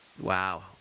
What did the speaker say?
Wow